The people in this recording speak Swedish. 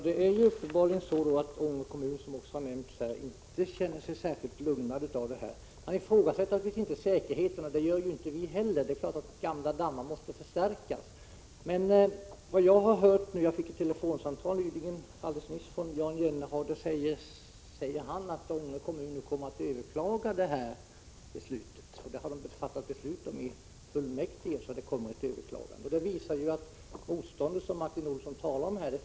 Herr talman! Uppenbarligen är det så, att Ånge kommun inte känner sig särskilt lugnad av detta. Man ifrågasätter naturligtvis inte säkerheten, och det gör inte vi heller. Det är klart att gamla dammar måste förstärkas. Jag fick ett telefonsamtal alldeles nyss från Jan Jennehag, och han sade att Ånge kommun kommer att överklaga beslutet. Det har man fattat beslut om i fullmäktige. Det visar att det motstånd som Martin Olsson talade om finns.